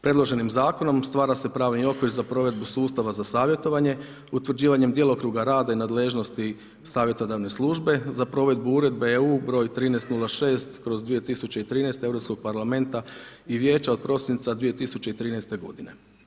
Predloženim zakonom stvara se pravni okvir za provedbu sustava za savjetovanje utvrđivanjem djelokruga rada i nadležnosti savjetodavne službe za provedbu Uredbe EU-a br. 1306/2013 Europskog parlamenta i Vijeća od prosinca 2013. godine.